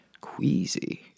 Queasy